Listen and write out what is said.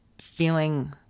feeling